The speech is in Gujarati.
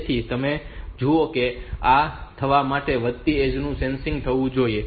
તેથી તમે જુઓ કે આ થવા માટે આ વધતી ઍજ નું સેન્સિંગ થવું જોઈએ